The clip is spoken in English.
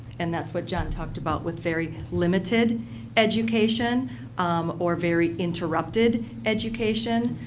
and that's what john talked about with very limited education or very interrupted education.